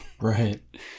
right